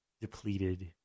depleted